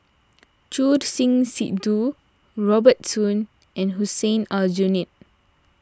Choor Singh Sidhu Robert Soon and Hussein Aljunied